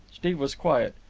steve was quiet.